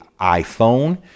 iPhone